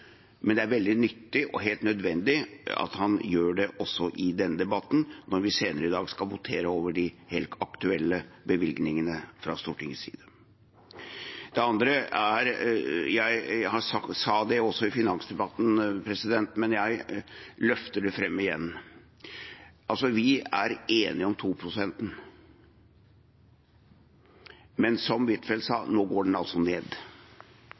men det er veldig nyttig og helt nødvendig at han gjør det også i denne debatten, når vi senere i dag skal votere over de helt aktuelle bevilgningene fra Stortingets side. Det andre tok jeg opp også i finansdebatten, men jeg løfter det fram igjen. Vi er enige om 2-prosentmålet, men som Huitfeldt sa, nå går det altså ned.